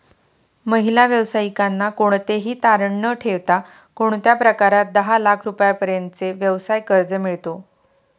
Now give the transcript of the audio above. महिला व्यावसायिकांना कोणतेही तारण न ठेवता कोणत्या प्रकारात दहा लाख रुपयांपर्यंतचे व्यवसाय कर्ज मिळतो?